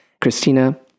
Christina